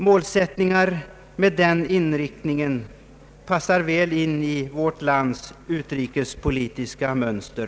Målsättningar med den inriktningen passar väl in i vårt lands utrikespolitiska mönster.